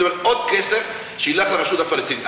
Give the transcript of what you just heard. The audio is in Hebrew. כלומר עוד כסף שילך לרשות הפלסטינית.